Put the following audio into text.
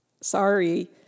sorry